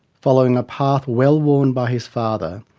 following a path well-worn by his father,